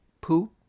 poop